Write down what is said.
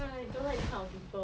I don't like this kind of people